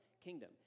kingdom